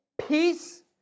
Peace